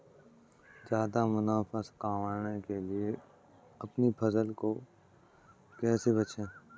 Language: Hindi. ज्यादा मुनाफा कमाने के लिए अपनी फसल को कैसे बेचें?